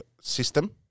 system